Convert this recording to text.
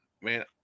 man